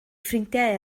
ffrindiau